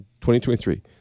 2023